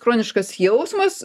chroniškas jausmas